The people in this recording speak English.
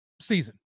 season